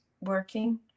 working